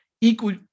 equal